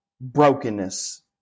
brokenness